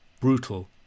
brutal